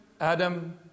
Adam